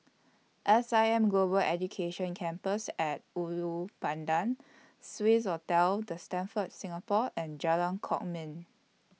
S I M Global Education Campus At Ulu Pandan Swissotel The Stamford Singapore and Jalan Kwok Min